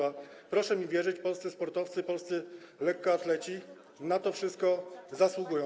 A proszę mi wierzyć, że polscy sportowcy, polscy lekkoatleci na to wszystko zasługują.